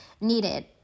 needed